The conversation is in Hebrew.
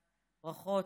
ברכות,